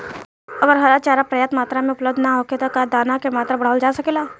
अगर हरा चारा पर्याप्त मात्रा में उपलब्ध ना होखे त का दाना क मात्रा बढ़ावल जा सकेला?